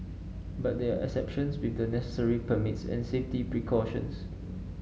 but there are exceptions with the necessary permits and safety precautions